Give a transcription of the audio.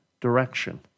direction